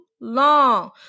long